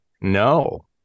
No